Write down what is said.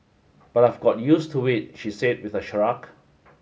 but I've got use to it she said with a shrug